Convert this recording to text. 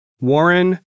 Warren